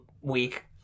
week